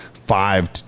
Five